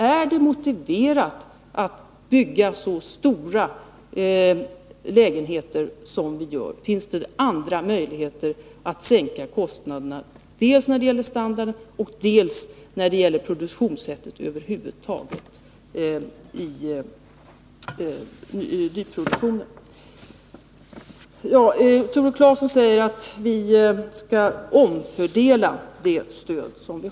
Är det motiverat att bygga så stora lägenheter, och finns det andra möjligheter att sänka kostnaderna dels när det gäller standarden, dels beträffande produktionssättet över huvud taget? Tore Claeson sade att vi måste omfördela stödet.